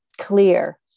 clear